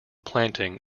planting